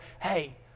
Hey